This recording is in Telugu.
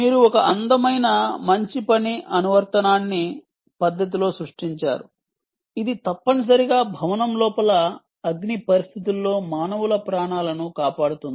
మీరు ఒక అందమైన మంచి పని అనువర్తనాన్ని పద్ధతిలో సృష్టించారు ఇది తప్పనిసరిగా భవనం లోపల అగ్ని పరిస్థితుల్లో మానవుల ప్రాణాలను కాపాడుతుంది